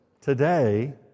today